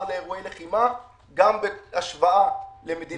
לאירועי לחימה גם בהשוואה למדינות אחרות.